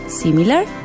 similar